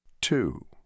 Two